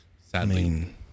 sadly